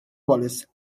wallace